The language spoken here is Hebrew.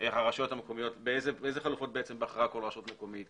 באיזו חלופה בחרה כל רשות מקומית,